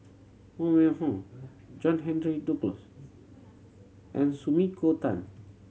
Huang Wenhong John Henry Duclos and Sumiko Tan